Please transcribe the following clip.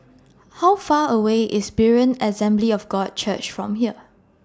How Far away IS Berean Assembly of God Church from here